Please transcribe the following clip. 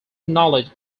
knowledge